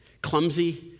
clumsy